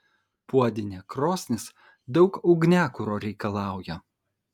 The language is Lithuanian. puodinė krosnis daug ugniakuro reikalauja